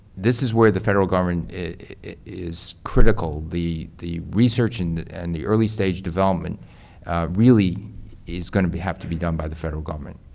this is where the federal government is critical. the the research and and the early stage development really is going to have to be done by the federal government.